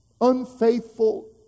unfaithful